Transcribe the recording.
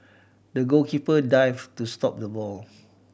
the goalkeeper dived to stop the ball